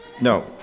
no